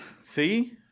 See